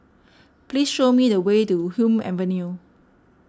please show me the way to Hume Avenue